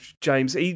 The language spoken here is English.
James